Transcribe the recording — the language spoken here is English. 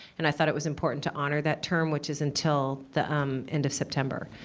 and i thought it was important to honor that term, which is until the um end of september.